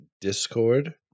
Discord